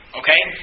okay